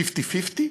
פיפטי-פיפטי?